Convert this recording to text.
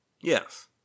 Yes